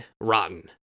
rotten